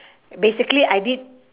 basically I did